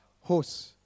Horse